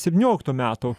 septynioliktų metų